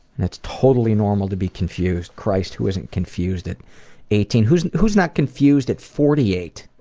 and that's totally normal to be confused. christ, who isn't confused at eighteen? who's who's not confused at forty eight?